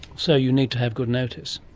so you need to have good notice?